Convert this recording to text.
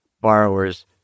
borrowers